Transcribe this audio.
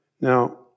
Now